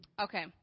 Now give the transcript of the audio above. Okay